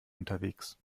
unterwegs